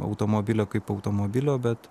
automobilio kaip automobilio bet